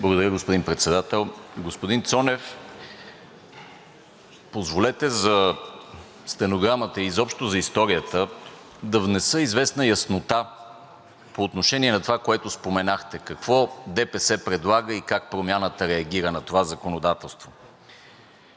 Благодаря, господин Председател. Господин Цонев, позволете за стенограмата и изобщо за историята да внеса известна яснота по отношение на това, което споменахте – какво ДПС предлага и как Промяната реагира на това законодателство.